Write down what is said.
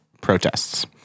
protests